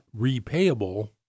repayable